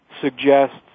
suggests